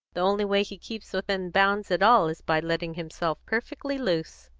the only way he keeps within bounds at all is by letting himself perfectly loose.